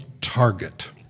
Target